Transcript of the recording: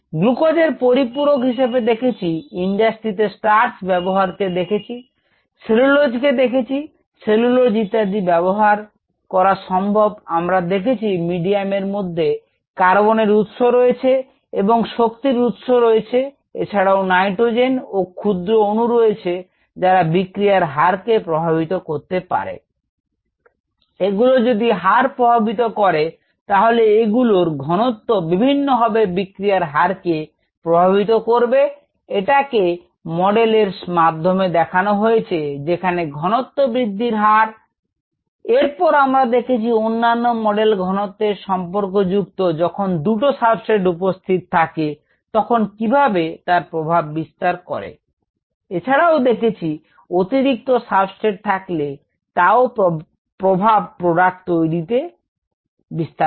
গ্লুকোজের পরিপূরক হিসেবে দেখেছি ইন্ডাস্ট্রিতে স্টার্চ ব্যবহারকে দেখেছি সেলুলোজ কে দেখেছি সেলুলোজ ইত্যাদি ব্যবহার করা সম্ভব আমরা দেখেছি মিডিয়ামের মধ্যে কার্বনের উৎস রয়েছে এবং শক্তির উৎস রয়েছে এছাড়াও নাইট্রোজেন এবং ক্ষুদ্র অনু রয়েছে যারা বিক্রিয়ার হার কে প্রভাবিত করতে পারে এগুলো যদি হার প্রভাবিত করে তাহলে এগুলোর ঘনত্ব বিভিন্নভাবে বিক্রিয়ার হার কে প্রভাবিত করবে এইটাকে মডেল এর মাধ্যমে দেখানো হয়েছে যেখানে ঘনত্ব বৃদ্ধির হার এরপর আমরা দেখেছি অন্যান্য মডেল ঘনত্বের সম্পর্ক যুক্ত যখন দুটো সাবস্ট্রেট উপস্থিত থাকে তখন কিভাবে তার প্রভাব বিস্তার করে এছাড়াও দেখেছি অতিরিক্ত সাবস্ট্রেট থাকলে তাও প্রভাব প্রোডাক্ট তৈরিতে বিস্তার করে